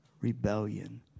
rebellion